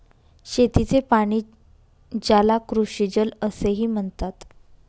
शेतीचे पाणी, ज्याला कृषीजल असेही म्हणतात